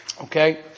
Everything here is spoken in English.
Okay